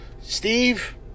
Steve